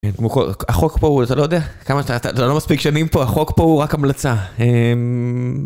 כמו כל... החוק פה הוא... אתה לא יודע כמה אתה... אתה לא מספיק שנים פה, החוק פה הוא רק המלצה אההההההההההההההההה